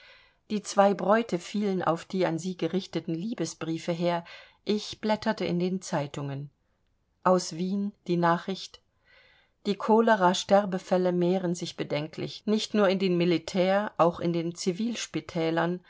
die zwei bräute fielen auf die an sie gerichteten liebesbriefe her ich blätterte in den zeitungen aus wien die nachricht die cholera sterbefälle mehren sich bedenklich nicht nur in den militär auch in den